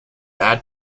add